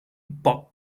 pop